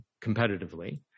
competitively